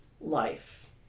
life